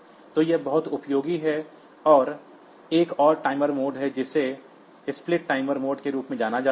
तो यह बहुत उपयोगी है और एक और टाइमर मोड है जिसे स्प्लिट टाइमर मोड के रूप में जाना जाता है